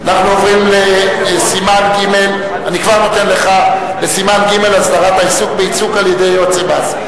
אנחנו עוברים לסימן ג' הסדרת העיסוק בייצוג על-ידי יועצי מס.